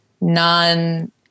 non